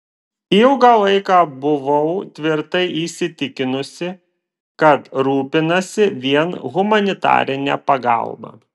ilgą laiką buvau tvirtai įsitikinusi kad rūpinasi vien humanitarine pagalba